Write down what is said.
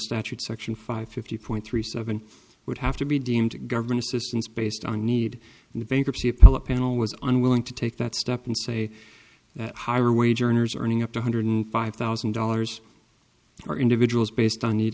statute section five fifty point three seven would have to be deemed to government assistance based on need and the bankruptcy appellate panel was unwilling to take that step and say that higher wage earners earning up to hundred five thousand dollars or individuals based on need